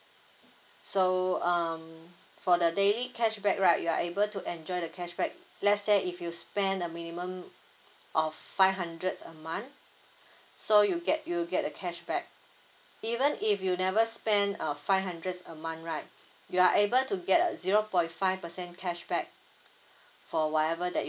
so um for the daily cashback right you are able to enjoy the cashback let's say if you spent a minimum of five hundred a month so you'll get you'll get the cashback even if you never spend a five hundred a month right you are able to get a zero point five percent cashback for whatever that you